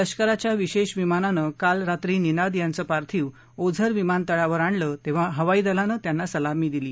लष्कराच्या विशेष विमानानं काल रात्री निनाद यांचं पार्थिव ओझर विमान तळावर आणलं तेव्हा हवाई दलानं त्यांना सलामी दिली